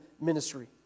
ministry